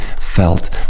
felt